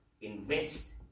invest